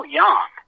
young